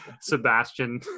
sebastian